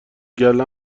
گله